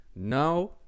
now